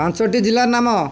ପାଞ୍ଚଟି ଜିଲ୍ଲାର ନାମ